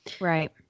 right